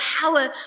power